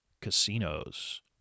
casinos